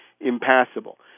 impassable